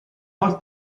erano